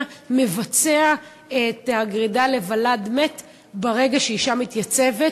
מבצע את הגרידה של ולד מת ברגע שאישה מתייצבת,